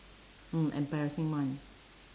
mm embarrassing one